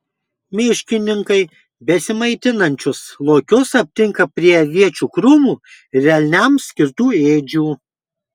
miškininkai besimaitinančius lokius aptinka prie aviečių krūmų ir elniams skirtų ėdžių